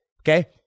okay